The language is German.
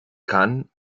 kann